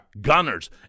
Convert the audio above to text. Gunners